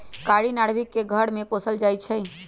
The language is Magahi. कारी नार्भिक के घर में पोशाल जाइ छइ